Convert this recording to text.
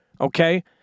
okay